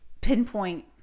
pinpoint